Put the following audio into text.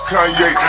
Kanye